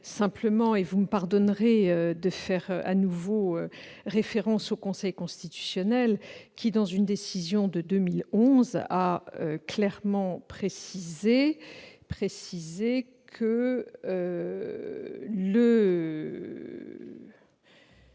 vous me pardonnerez de faire à nouveau référence au Conseil constitutionnel, qui, dans une décision de 2011, a clairement précisé qu'il